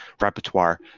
repertoire